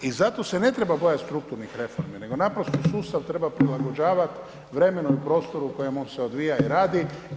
I zato se ne treba bojati strukturnih reformi nego naprosto sustav treba prilagođavati vremenu i prostoru u kojem on se odvija i radi.